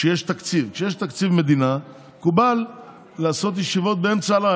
קטי שטרית, בישיבה, בבקשה.